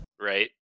Right